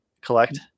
collect